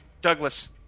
Douglas